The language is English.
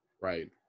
Right